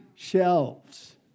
shelves